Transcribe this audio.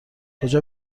کجا